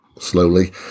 slowly